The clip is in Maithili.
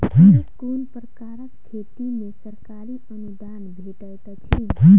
केँ कुन प्रकारक खेती मे सरकारी अनुदान भेटैत अछि?